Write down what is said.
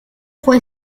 fue